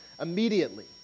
immediately